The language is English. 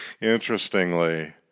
interestingly